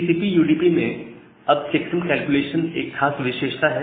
TCP UDP में अब checksum calculation एक खास विशेषता है